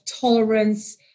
tolerance